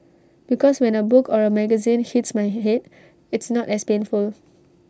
because when A book or A magazine hits my Head it's not as painful